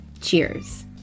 cheers